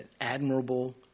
admirable